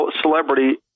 celebrity